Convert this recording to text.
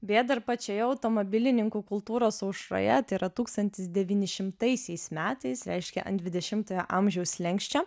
beje dar pačioje automobilininkų kultūros aušroje tai yra tūkstantis devynišimtaisiais metais reiškia ant dvidešimojo amžiaus slenksčio